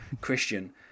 Christian